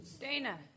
Dana